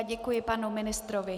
Děkuji panu ministrovi.